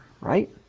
right